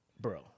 Bro